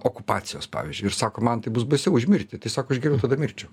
okupacijos pavyzdžiui ir sako man tai bus baisiau už mirtį tiesiog aš geriau tada mirčiau